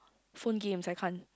phone games I can't